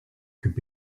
could